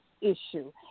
issue